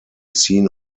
seen